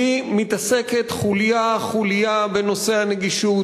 כי היא מתעסקת חוליה-חוליה בנושא הנגישות,